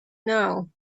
know